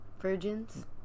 virgins